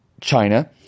China